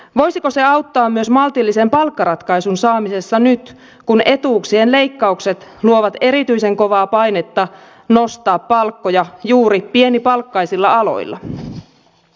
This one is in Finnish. voisiko se auttaa myös maltillisen palkkaratkaisun saamisessa nyt kun etuuksien leikkaukset luovat erityisen kovaa painetta nostaa palkkoja juuri pienipalkkaisilla aloilla